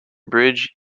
bridge